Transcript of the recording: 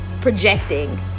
projecting